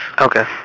Okay